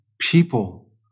people